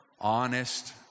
honest